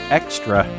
extra